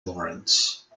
lawrence